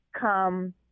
come